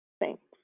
Thanks